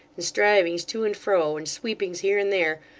and strivings to and fro, and sweepings here and there,